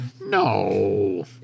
No